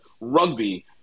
rugby